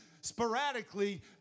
sporadically